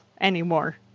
anymore